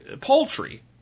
poultry